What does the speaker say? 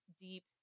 deep